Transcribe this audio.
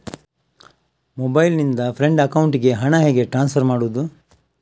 Mobile ನಿಂದ friend ಅಕೌಂಟಿಗೆ ಹಣ ಹೇಗೆ ಟ್ರಾನ್ಸ್ಫರ್ ಮಾಡುವುದು?